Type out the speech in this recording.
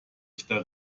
echter